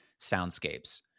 soundscapes